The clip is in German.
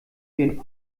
den